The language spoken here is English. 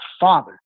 father